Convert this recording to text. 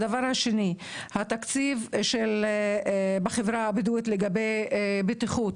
דבר שני, התקציב של החברה הבדואית לגבי בטיחות,